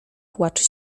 płacz